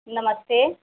नमस्ते